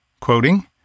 Quoting